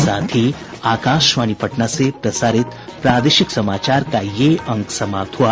इसके साथ ही आकाशवाणी पटना से प्रसारित प्रादेशिक समाचार का ये अंक समाप्त हुआ